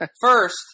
First